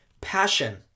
passion